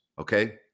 okay